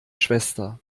schwester